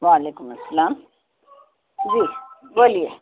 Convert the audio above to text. وعلیکم السلام جی بولیے